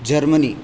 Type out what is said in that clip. Germany